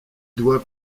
doit